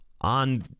on